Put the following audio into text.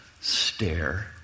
stare